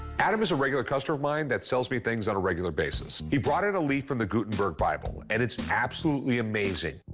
adam is a regular customer of mine that sells me things on a regular basis. he brought in a leaf from the gutenberg bible, and it's absolutely amazing.